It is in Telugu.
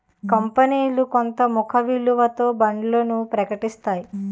కంపనీలు కొంత ముఖ విలువతో బాండ్లను ప్రకటిస్తాయి